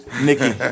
Nikki